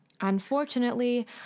Unfortunately